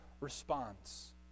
response